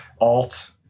Alt